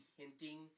hinting